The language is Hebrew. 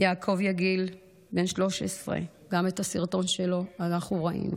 יעקב יגיל, בן 13, גם את הסרטון שלו אנחנו ראינו,